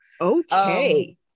Okay